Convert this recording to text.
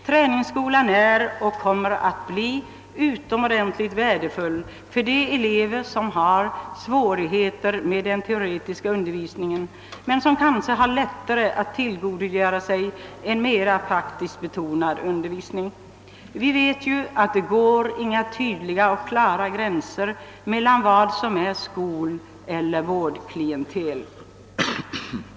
Träningsskolan är och kommer att bli utomordentligt värdefull för de elever, som har svårigheter med den teoretiska undervisningen men som kanske har lättare att tillgodogöra sig mer praktiskt betonad undervisning. Vi vet ju att det inte går några klara och tydliga gränser mellan skoloch vårdklientelet.